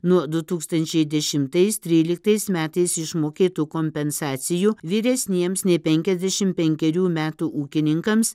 nuo du tūkstančiai dešimtais tryliktais metais išmokėtų kompensacijų vyresniems nei penkiasdešim penkerių metų ūkininkams